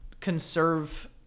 conserve